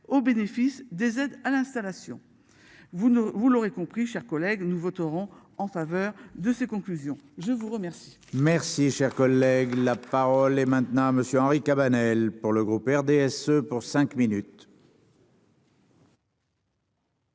au bénéfice des aides à l'installation. Vous ne vous l'aurez compris, chers collègues, nous voterons en faveur de ses conclusions. Je vous remercie. Merci cher collègue là. Parole et maintenant Monsieur Henri Cabanel pour le groupe RDSE pour cinq minutes.